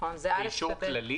האם זה אישור כללי?